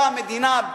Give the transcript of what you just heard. אותה מדינה,